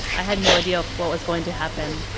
i had no idea of what was going to happen